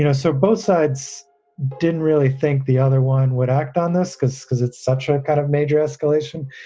you know so both sides didn't really think the other one would act on this because because it's such a kind of major escalation.